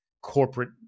corporate